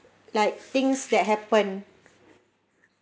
like things that happen